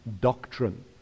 doctrine